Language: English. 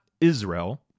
Israel